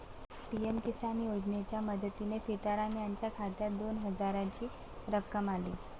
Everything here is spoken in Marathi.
पी.एम किसान योजनेच्या मदतीने सीताराम यांच्या खात्यात दोन हजारांची रक्कम आली